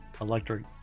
Electric